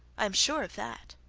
i'm sure of that.